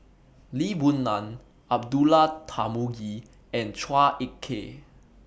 Lee Boon Ngan Abdullah Tarmugi and Chua Ek Kay